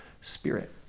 spirit